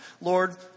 Lord